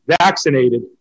vaccinated